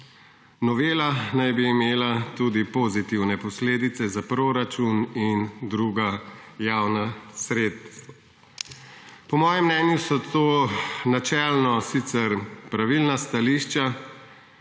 Novela naj bi imela tudi pozitivne posledice za proračun in druga javna sredstva. Po mojem mnenju so to načelno sicer pravilna stališča,